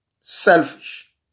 selfish